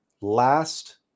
last